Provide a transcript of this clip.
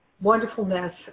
wonderfulness